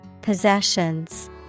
Possessions